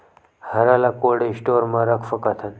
हरा ल cold store म रख सकथन?